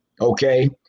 okay